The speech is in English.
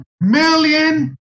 million